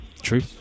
True